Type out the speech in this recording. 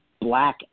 black